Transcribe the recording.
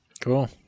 cool